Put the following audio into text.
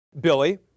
Billy